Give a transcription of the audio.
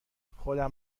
خودم